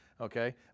Okay